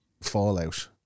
fallout